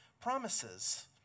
promises